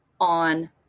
on